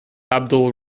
abdul